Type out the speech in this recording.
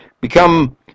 become